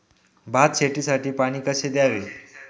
भात शेतीसाठी पाणी कसे द्यावे?